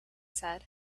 said